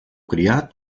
criat